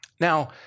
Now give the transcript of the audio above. Now